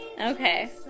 Okay